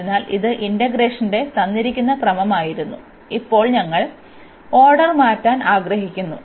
അതിനാൽ ഇത് ഇന്റഗ്രേഷന്റെ തന്നിരിക്കുന്ന ക്രമമായിരുന്നു ഇപ്പോൾ ഞങ്ങൾ ഓർഡർ മാറ്റാൻ ആഗ്രഹിക്കുന്നു